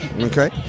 Okay